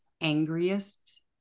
angriest